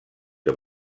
que